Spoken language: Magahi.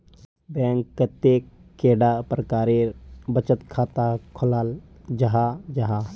बैंक कतेक कैडा प्रकारेर बचत खाता खोलाल जाहा जाहा?